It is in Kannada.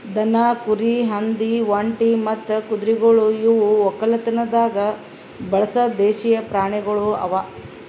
ದನ, ಕುರಿ, ಹಂದಿ, ಒಂಟಿ ಮತ್ತ ಕುದುರೆಗೊಳ್ ಇವು ಒಕ್ಕಲತನದಾಗ್ ಬಳಸ ದೇಶೀಯ ಪ್ರಾಣಿಗೊಳ್ ಅವಾ